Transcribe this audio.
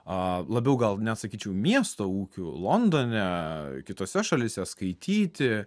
labiau gal net sakyčiau miesto ūkių londone kitose šalyse skaityti